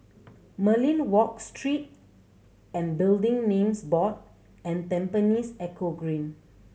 Merlion Walk Street and Building Names Board and Tampines Eco Green